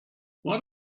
what